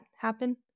happen